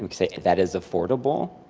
like said, that is affordable?